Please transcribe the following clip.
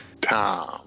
Tom